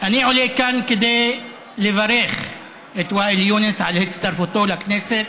אני עולה כאן כדי לברך את ואאל יונס על הצטרפותו לכנסת.